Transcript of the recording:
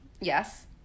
Yes